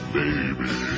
baby